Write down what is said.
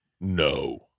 No